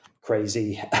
crazy